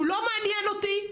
הוא לא מעניין אותי,